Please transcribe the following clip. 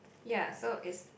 ya so is